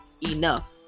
enough